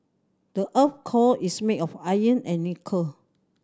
the earth's core is made of iron and nickel